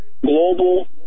global